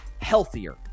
healthier